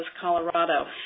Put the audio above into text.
Colorado